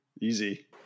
Easy